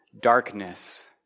darkness